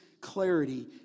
clarity